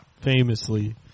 Famously